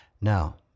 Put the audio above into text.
Now